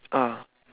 ah